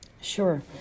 Sure